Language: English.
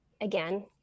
again